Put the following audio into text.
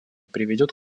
приведет